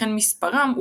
וכן מספרם,